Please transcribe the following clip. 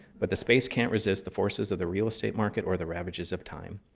but the space can't resist the forces of the real estate market or the ravages of time.